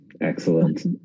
Excellent